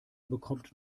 bekommt